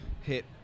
hit